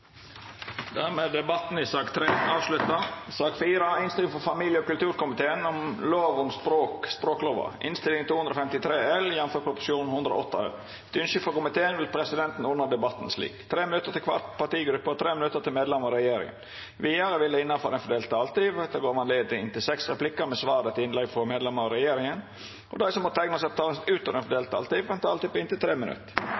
Dermed er debatten i sak nr. 3 avslutta. Etter ynske frå familie- og kulturkomiteen vil presidenten ordna debatten slik: 3 minutt til kvar partigruppe og 3 minutt til medlemer av regjeringa. Vidare vil det – innanfor den fordelte taletida – verta gjeve anledning til inntil seks replikkar med svar etter innlegg frå medlemer av regjeringa, og dei som måtte teikna seg på talarlista utover den fordelte taletida, får òg ei taletid på inntil 3 minutt. Endelig behandler vi språkloven i plenum. Jeg ønsker å